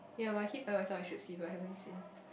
ya but I keep tell myself I should see but I haven't seen